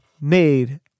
made